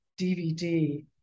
DVD